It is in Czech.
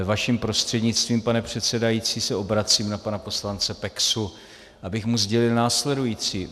Vaším prostřednictvím, pane předsedající, se obracím na pana poslance Peksu, abych mu sdělil následující.